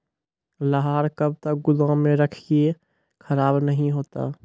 लहार कब तक गुदाम मे रखिए खराब नहीं होता?